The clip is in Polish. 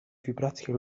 wibracje